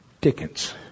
dickens